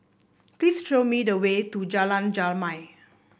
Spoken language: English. please show me the way to Jalan Jamal